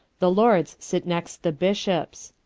the lords sit next the bishops.